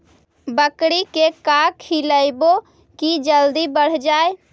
बकरी के का खिलैबै कि जल्दी बढ़ जाए?